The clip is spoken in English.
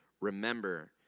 remember